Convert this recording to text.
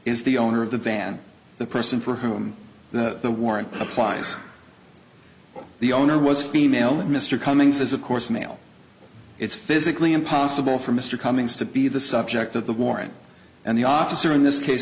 is the owner of the van the person for whom the warrant applies the owner was female and mr cummings is of course male it's physically impossible for mr cummings to be the subject of the warrant and the officer in this case